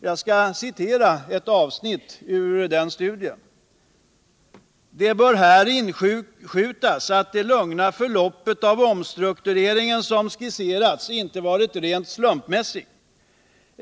Jag vill citera ett avsnitt i studien: ”Det bör här inskjutas att det lugna förloppet av den omstrukturering som här skisserats inte varit rent slumpmässigt.